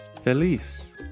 Feliz